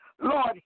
Lord